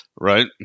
right